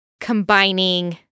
combining